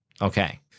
Okay